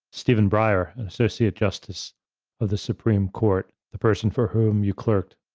stephen breyer and associate justice of the supreme court, the person for whom you clerked,